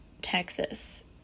Texas